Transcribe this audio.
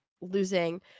losing –